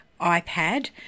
iPad